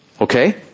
okay